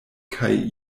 kaj